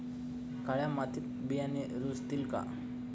काळ्या मातीत बियाणे रुजतील का?